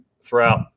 throughout